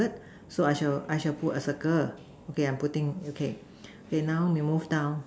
so I shall I shall put a circle okay I'm putting okay okay now we move down